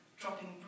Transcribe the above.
dropping